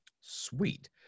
Sweet